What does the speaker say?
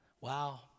Wow